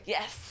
Yes